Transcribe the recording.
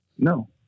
No